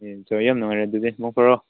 ꯑꯦ ꯆꯣ ꯌꯥꯝ ꯅꯨꯡꯉꯥꯏꯔꯦ ꯑꯗꯨꯗꯤ ꯃꯪ ꯐꯔꯣ